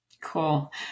Cool